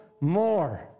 more